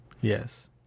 Yes